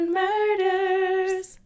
murders